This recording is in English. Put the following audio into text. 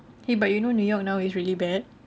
!hey! but you know new york now is really bad